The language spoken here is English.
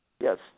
Yes